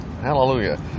Hallelujah